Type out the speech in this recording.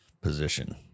position